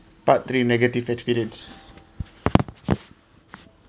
part three negative experience